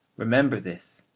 remember this,